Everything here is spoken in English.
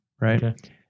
right